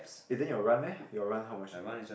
you think you will run meh you will run how much you